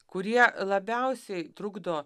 kurie labiausiai trukdo